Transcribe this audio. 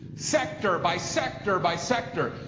sector by sector by sector,